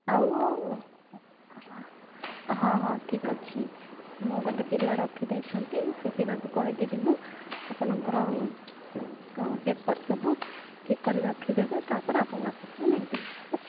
ଆଉ ହଁ ହଁ ଠିକ୍ ଅଛି ମୁଁ ଗୋଟେ ପିଲା ରଖି ଦେଇଛନ୍ତି ସେ ପିଲାଙ୍କୁ କହିଦେବି ମୁଁ ଆପଣଙ୍କର ପେପର୍ ସବୁ ଠିକ୍ କରି ରଖି ଦେବେ ତା'ପରେ ଆପଣ ଆସି ନେଇଯିବେ ଠିକ୍ ଅଛି